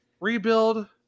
rebuild